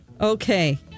Okay